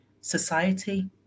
society